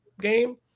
game